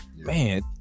Man